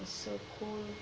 it's so cool